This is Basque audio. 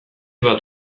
bat